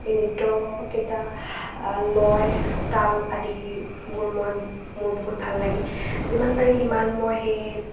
এই নৃত্যকেইটা লয় তাল আদিবোৰ মই মোৰ বহুত ভাল লাগে যিমান পাৰি সিমান মই সেই